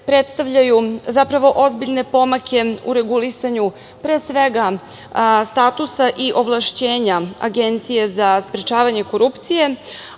predstavljaju zapravo ozbiljne pomake u regulisanju pre svega statusa i ovlašćenja Agencije za sprečavanje korupcije,